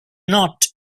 not